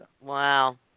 Wow